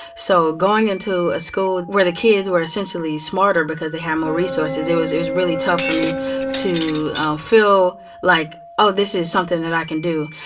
so going into a school where the kids were essentially smarter because they had more resources, it was really tough for me to feel like, oh, this is something that i can do.